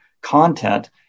content